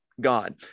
God